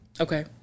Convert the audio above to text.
Okay